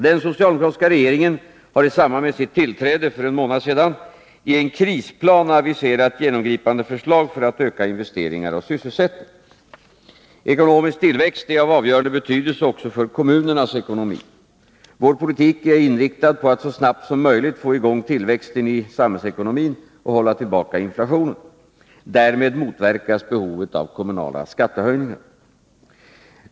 Den socialdemokratiska regeringen har i samband med sitt tillträde för en månad sedan i en krisplan aviserat genomgripande förslag för att öka investeringar och sysselsättning. Ekonomisk tillväxt är av avgörande betydelse också för kommunernas ekonomi. Vår politik är inriktad på att så snabbt som möjligt få i gång tillväxten i samhällsekonomin och hålla tillbaka inflationen. Därmed motverkas behovet av kommunala skattehöjningar.